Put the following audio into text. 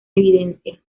evidencia